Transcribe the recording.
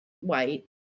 white